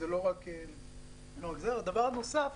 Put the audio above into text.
דבר נוסף,